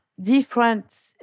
different